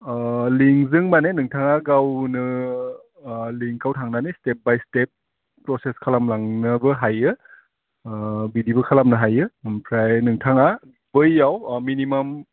लिंजों माने नोंथाङा गावनो लिंकआव थांनानै स्टेब बाय स्टेब फ्रसेस खालामलांनोबो हायो बिदिबो खालामनो हायो ओमफ्राय नोंथाङा बैयाव मिनिमाम